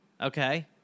Okay